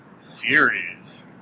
Series